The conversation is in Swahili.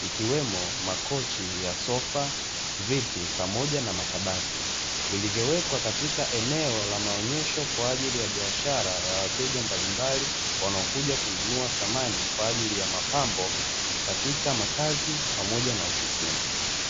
ikiwemo makochi ya sofa, viti pamoja na makabati, vilivyowekwa katika eneo la maonyesho kwaajili ya biashara ya wateja mbalimbali wanaokuja kununua samani kwaajili ya mapambo katika makazi pamoja na ofisini.